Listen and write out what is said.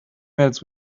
emails